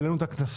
העלינו את הקנסות,